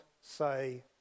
say